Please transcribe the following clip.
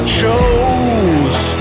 chose